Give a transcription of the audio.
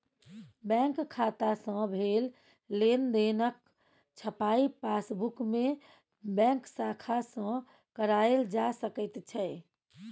bank खाता सँ भेल लेनदेनक छपाई पासबुकमे बैंक शाखा सँ कराएल जा सकैत छै